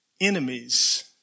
enemies